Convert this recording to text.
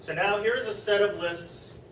and now here is a set of lists.